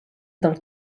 dels